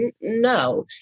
No